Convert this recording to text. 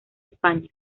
españa